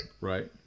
Right